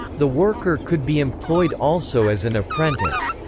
the worker could be employed also as an apprentice.